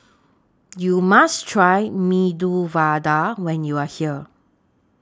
YOU must Try Medu Vada when YOU Are here